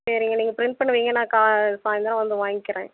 சரிங்க நீங்கள் ப்ரிண்ட் பண்ணி வைங்க கா சாய்ந்தரம் வந்து வாங்கிக்கிறேன்